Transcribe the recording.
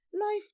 life